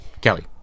Kelly